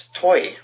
toy